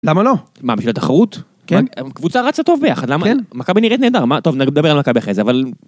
למה לא? מה בשביל התחרות כן, קבוצה רצה טוב ביחד למה, כן, מכבי נראית נהדר מה טוב נדבר על מכבי אחרי זה אבל.